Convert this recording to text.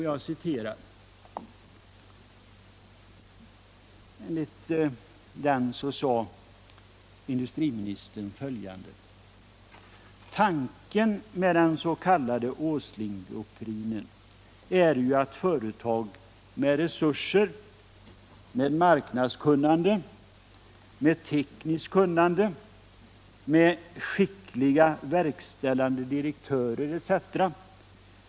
Jag citerar: ”Tanken med den s.k. Åslingdoktrinen är ju att företag med resurser, med marknadskunnande, med tekniskt kunnande, med skickliga verkställande direktörer etc.